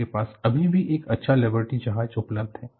आपके पास अभी भी एक अच्छा लिबर्टी जहाज उपलब्ध है